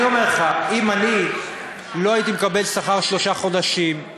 אני אומר לך: אם אני לא הייתי מקבל שכר שלושה חודשים,